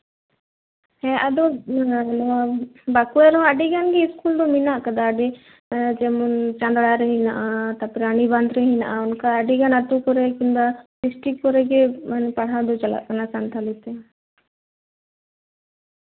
ᱦᱮᱸ ᱟᱫᱚ ᱵᱟᱸᱠᱩᱲᱟ ᱨᱮᱦᱚᱸ ᱟᱹᱰᱤᱜᱟᱱ ᱜᱮ ᱤᱥᱠᱩᱞ ᱫᱚ ᱢᱮᱱᱟᱜ ᱠᱟᱫᱟ ᱡᱮᱢᱚᱱ ᱪᱟᱸᱫᱽᱲᱟᱨᱮ ᱢᱮᱱᱟᱜᱼᱟ ᱛᱟᱨᱯᱚᱨ ᱨᱟᱱᱤᱵᱟᱸᱫᱷ ᱨᱮ ᱢᱮᱱᱟᱜᱼᱟ ᱚᱱᱠᱟ ᱟᱹᱰᱤᱜᱟᱱ ᱟᱛᱳ ᱠᱚᱨᱮᱜ ᱵᱟ ᱰᱤᱥᱴᱤᱠ ᱠᱚᱨᱮᱜ ᱯᱟᱲᱦᱟᱣ ᱫᱚ ᱪᱟᱟᱜ ᱠᱟᱱᱟ ᱥᱟᱱᱛᱟᱲᱤᱛᱮ